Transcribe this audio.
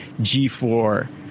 G4